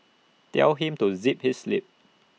tell him to zip his lip